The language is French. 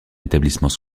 établissement